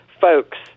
folks